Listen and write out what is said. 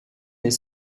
est